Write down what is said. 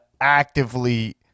actively